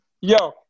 Yo